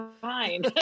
fine